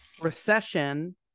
recession